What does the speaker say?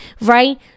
right